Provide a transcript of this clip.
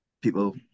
people